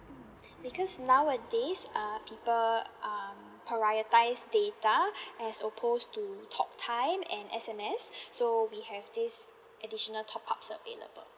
mm because nowadays uh people uh prioritise data as opposed to talk time and S_M_S so we have this additional top ups available